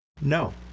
no